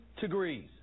degrees